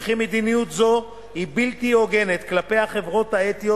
וכי מדיניות זו היא בלתי הוגנת כלפי החברות האתיות,